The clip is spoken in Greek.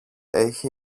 έχει